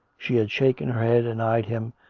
she had shaken her head and eyed him,